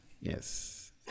Yes